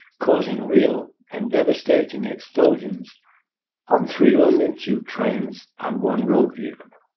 causing real and devastating explosions on three london tube-trains and one road vehicle.